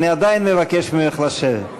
עדיין מבקש ממך לשבת.